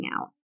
out